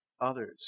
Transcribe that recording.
others